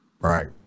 right